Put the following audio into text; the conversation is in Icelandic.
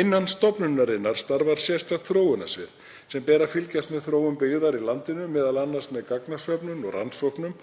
Innan stofnunarinnar starfar sérstakt þróunarsvið sem ber að fylgjast með þróun byggðar í landinu, m.a. með gagnasöfnun og rannsóknum